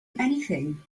anything